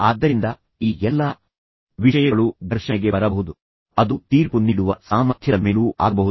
ಆದ್ದರಿಂದ ಈ ಎಲ್ಲಾ ವಿಷಯಗಳು ಘರ್ಷಣೆಗೆ ಬರಬಹುದು ಇದು ಸಕಾರಾತ್ಮಕ ಪಕ್ಷಪಾತ ಮತ್ತು ಪ್ರಭಾವಕ್ಕೂ ಕಾರಣವಾಗಬಹುದು ಅದು ತೀರ್ಪು ನೀಡುವ ಸಾಮರ್ಥ್ಯದ ಮೇಲೂ ಆಗಬಹುದು